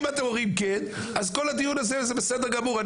אם אתם אומרים כן, אז כל הדיון הזה, זה בסדר גמור.